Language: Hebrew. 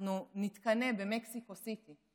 אנחנו נתקנא במקסיקו סיטי,